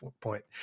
point